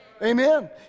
Amen